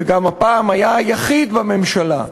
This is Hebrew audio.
וגם הפעם היה היחיד בממשלה,